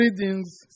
readings